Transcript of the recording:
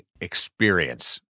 experience